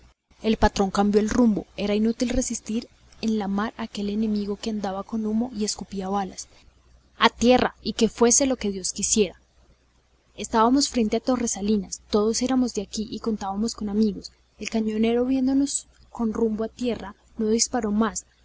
el patrón cambió el rumbo era inútil resistir en el mar a aquel enemigo que andaba con humo y escupía balas a tierra y que fuese lo que dios quisiera estábamos frente a torresalinas todos éramos de aquí y contábamos con los amigos el cañonero viéndonos con rumbo a tierra no disparó más